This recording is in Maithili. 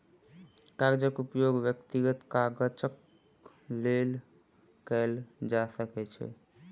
कागजक उपयोग व्यक्तिगत काजक लेल कयल जा सकै छै